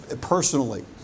personally